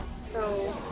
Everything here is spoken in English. so,